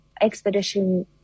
expedition